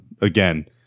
again